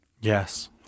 Yes